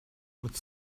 would